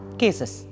cases